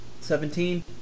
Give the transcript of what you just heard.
Seventeen